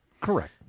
Correct